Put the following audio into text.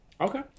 Okay